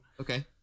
Okay